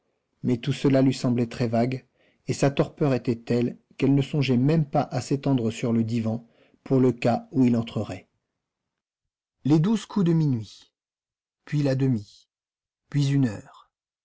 mais tout cela lui semblait très vague et sa torpeur était telle qu'elle ne songeait même pas à s'étendre sur le divan pour le cas où il entrerait les douze coups de minuit puis la demie puis une heure